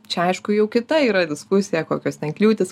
čia aišku jau kita yra diskusija kokios ten kliūtys